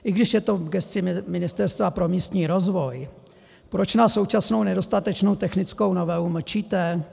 I když je to v gesci Ministerstva pro místní rozvoj, proč na současnou nedostatečnou technickou novelu mlčíte?